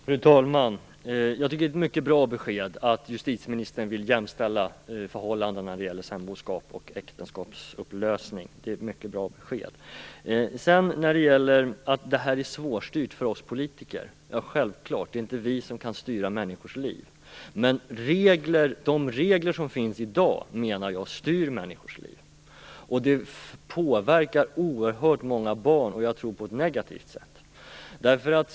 Fru talman! Jag tycker att det är ett mycket bra besked att justitieministern vill jämställa förhållandena när det gäller samboskaps och äktenskaps upplösning. Det är ett mycket bra besked. Självklart är detta svårstyrt för oss politiker. Vi kan inte styra människors liv. Men de regler som finns i dag menar jag styr människors liv. Det påverkar oerhört många barn på ett som jag tror negativt sätt.